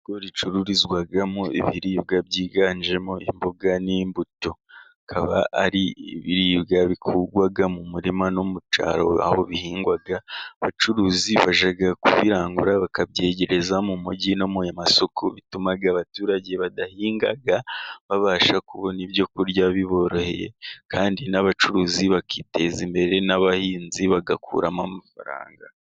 Isoko ricururizwamo ibiribwa byiganjemo imboga, n'imbuto, bikaba ari ibiribwa bikurwa mu murima no mu cyaro, aho bihingwa abacuruzi bajya kubirangura bakabyegereza mu mugi no mu masoko, bituma abaturage badahinga babasha kubona ibyo kurya biboroheye, kandi n'abacuruzi bakiteza imbere n'abahinzi bagakuramo amafaranga.